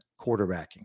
quarterbacking